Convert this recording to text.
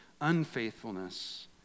unfaithfulness